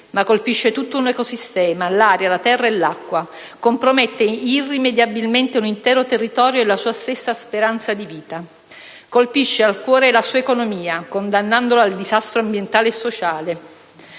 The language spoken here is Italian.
ma colpisce tutto un ecosistema, l'aria, la terra e l'acqua; compromette irrimediabilmente un intero territorio e la sua stessa speranza di vita; colpisce al cuore la sua economia condannandola al disastro ambientale e sociale.